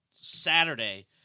Saturday